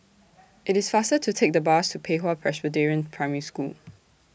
IT IS faster to Take The Bus to Pei Hwa Presbyterian Primary School